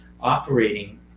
operating